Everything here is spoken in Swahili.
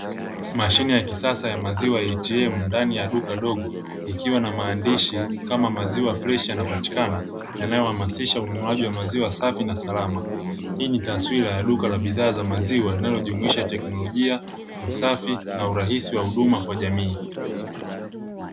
Mashine ya kisasa ya maziwa ya ATM ndani ya duka dogo, likiwa na maandishi kama maziwa fresh yanapatikana, yanayohamasisha ununuaji wa maziwa safi na salama hii ni taswira ya duka la bidhaa za maziwa inayojumlisha teknolojia, usafi na urahisi wa huduma kwa jamii.